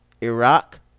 Iraq